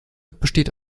besteht